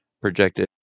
projected